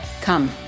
come